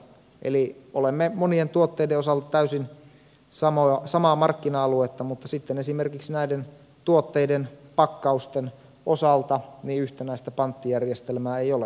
eli olemme monien tuotteiden osalta täysin samaa markkina aluetta mutta sitten esimerkiksi näiden tuotteiden pakkausten osalta yhtenäistä panttijärjestelmää ei ole